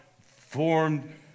formed